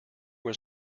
was